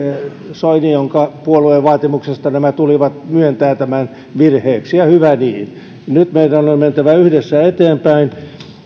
soini jonka puolueen vaatimuksesta nämä tulivat myöntää tämän virheeksi ja hyvä niin nyt meidän on mentävä yhdessä eteenpäin